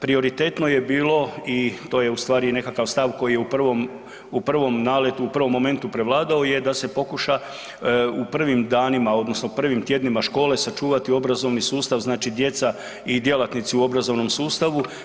Prioritetno je bilo i to je ustvari i nekakav stav koji je u prvom naletu, u prvom momentu prevladao je da se pokuša u prvim danima, odnosno prvim tjednima škole sačuvati obrazovni sustav, znači djeca i djelatnici u obrazovnom sustavu.